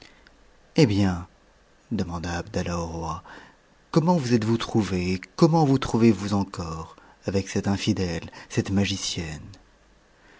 abdallah au roi comment vous êtes-vous trouve et comment vous trouvez-vous encore avec cette infidèle cette magicienne